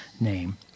name